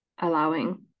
allowing